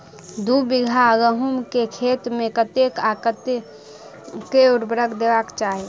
दु बीघा गहूम केँ खेत मे कतेक आ केँ उर्वरक देबाक चाहि?